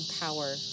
power